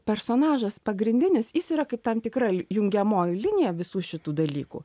personažas pagrindinis jis yra kaip tam tikra l jungiamoji linija visų šitų dalykų